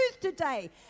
today